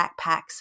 backpacks